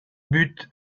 buts